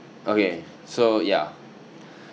okay so ya